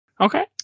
Okay